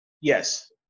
yes